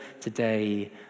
today